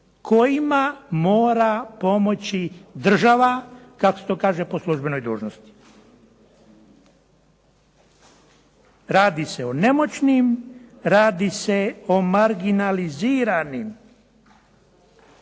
kojima mora pomoći država, kako se to kaže, po službenoj dužnosti. Radi se o nemoćnim, radi se o marginaliziranim